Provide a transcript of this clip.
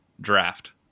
draft